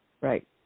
Right